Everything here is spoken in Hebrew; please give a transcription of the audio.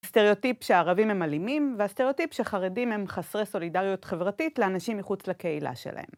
הסטריאוטיפ שהערבים הם אלימים, והסטריאוטיפ שחרדים הם חסרי סולידריות חברתית לאנשים מחוץ לקהילה שלהם.